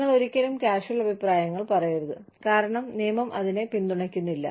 നിങ്ങൾ ഒരിക്കലും കാഷ്വൽ അഭിപ്രായങ്ങൾ പറയരുത് കാരണം നിയമം അതിനെ പിന്തുണയ്ക്കുന്നില്ല